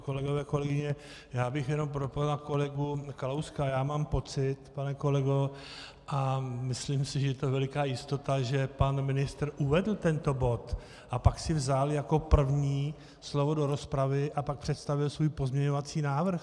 Kolegové, kolegyně, já bych jenom pro pana kolegu Kalouska já mám pocit, pane kolego, a myslím si, že je to veliká jistota, že pan ministr uvedl tento bod a pak si vzal jako první slovo do rozpravy a pak představil svůj pozměňovací návrh.